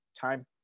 time